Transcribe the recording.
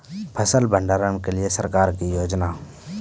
फसल भंडारण के लिए सरकार की योजना?